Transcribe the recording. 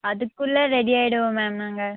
அதுக்குள்ளே ரெடி ஆயிடுவோம் மேம் நாங்கள்